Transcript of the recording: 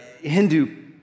Hindu